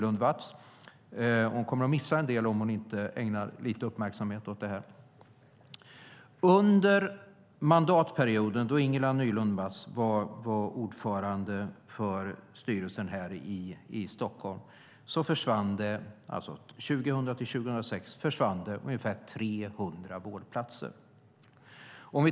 Under mandatperioden då Ingela Nylund Watz var ordförande för landstingsstyrelsen här i Stockholm, alltså 2002-2006, försvann det ungefär 300 vårdplatser.